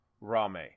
Rame